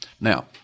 Now